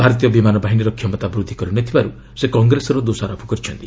ଭାରତୀୟ ବିମାନ ବାହିନୀର କ୍ଷମତାବୃଦ୍ଧି କରିନଥିବାରୁ ସେ କଂଗ୍ରେସର ଦୋଷାରୋପ କରିଛନ୍ତି